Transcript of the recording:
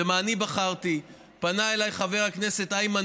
ומה אני בחרתי: פנה אליי חבר הכנסת איימן